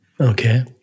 okay